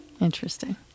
Interesting